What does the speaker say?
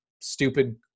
stupid